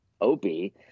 Opie